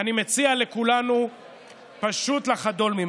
אני מציע לכולנו פשוט לחדול.